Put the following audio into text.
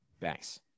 Thanks